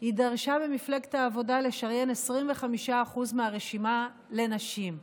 היא דרשה במפלגת העבודה לשריין 25% מהרשימה לנשים,